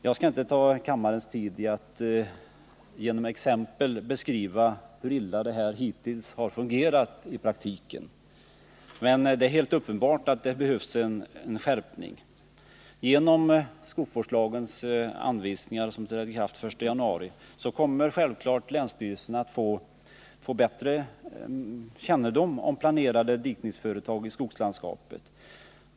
Jag skall inte ta kammarens tid i anspråk genom att med exempel beskriva hur illa samrådsparagrafen hittills har fungerat i praktiken, men det är helt uppenbart att det behövs en skärpning. Genom skogsvårdslagens anvisningar, som träder i kraft den 1 januari, kommer länsstyrelserna självfallet att få bättre kännedom om planerade dikningsföretag i skogslandskapet.